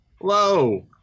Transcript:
Hello